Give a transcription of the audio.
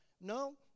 No